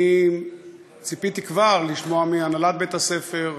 אני ציפיתי כבר לשמוע מהנהלת בית-הספר.